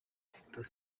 victory